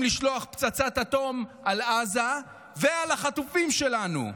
לשלוח פצצת אטום על עזה ועל החטופים שלנו.